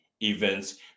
events